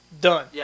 Done